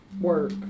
work